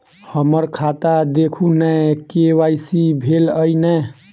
हम्मर खाता देखू नै के.वाई.सी भेल अई नै?